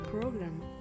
program